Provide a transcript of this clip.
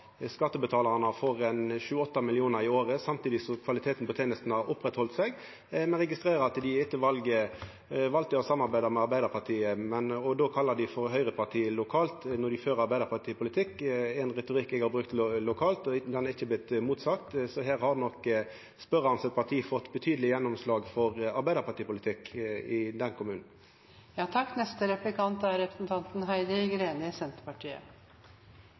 skattebetalarane for ein sju–åtte millionar i året samtidig som kvaliteten på tenestene heldt seg oppe. Men eg registrerer at dei etter valet valde å samarbeida med Arbeidarpartiet. Å kalla dei for høgrepartia lokalt når dei fører arbeidarpartipolitikk – det er ein retorikk eg har brukt lokalt, og han har ikkje vorte sagt imot. Her har nok partiet til spørjaren fått betydeleg gjennomslag for arbeidarpartipolitikk i den kommunen. Fremskrittspartiet skriver i innstillingen: «En god og forutsigbar kommuneøkonomi er